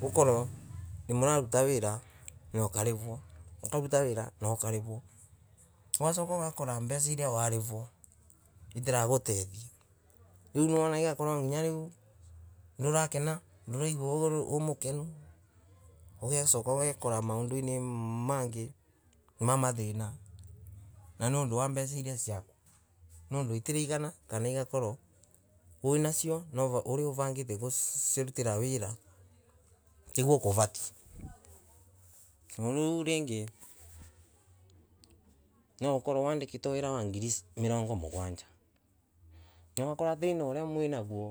ukorwe muraruta wira ina urarivwa itirakutethia. Riu nwona igakorwa nginya riu niurakena. nduraigua ururiu nondu wimukenub agacoka ugekora maundu ini mengi ma thina nonduwambeca iria ciaku nondu itiraigana kana igakorowo winacio kana uria urangite kuirutira wira. tiguo kuvatie. No ru ringi nookorwe wandiktwe wira na ngiri mirongo mugwanja nookorwe thima uria mwinaguo.